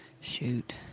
shoot